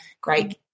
great